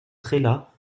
trélat